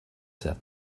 said